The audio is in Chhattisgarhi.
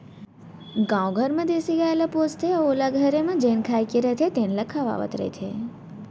गाँव घर म देसी गाय ल पोसथें अउ ओला घरे म जेन खाए के रथे तेन ल खवावत रथें